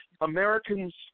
Americans